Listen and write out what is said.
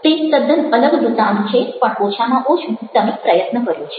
તે તદ્દન અલગ વ્રુતાંત છે પણ ઓછામાં ઓછું તમે પ્રયત્ન કર્યો છે